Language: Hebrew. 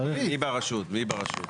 מי ברשות?